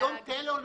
היום חברת טלאול,